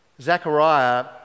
Zechariah